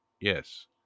Yes